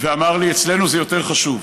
אמר לי: אצלנו זה יותר חשוב.